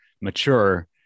mature